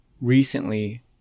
recently